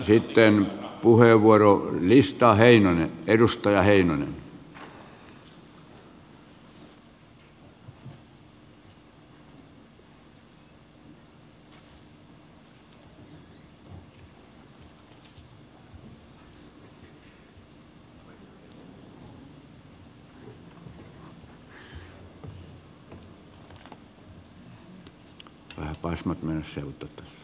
sitten puheenvuorolistaan